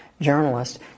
journalist